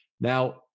Now